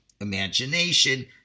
imagination